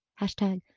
Hashtag